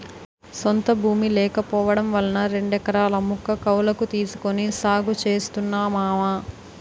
సొంత భూమి లేకపోవడం వలన రెండెకరాల ముక్క కౌలకు తీసుకొని సాగు చేస్తున్నా మావా